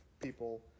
people